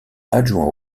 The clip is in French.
adjoint